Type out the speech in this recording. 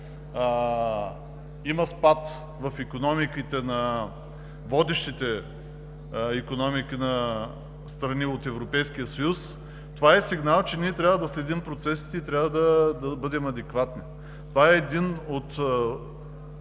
има спад в икономиката на водещите икономики на страните от Европейския съюз. Това е сигнал, че ние трябва да следим процесите, трябва да бъдем адекватни и един от